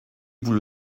vous